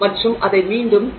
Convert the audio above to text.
மற்றும் அதை மீண்டும் 0